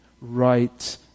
right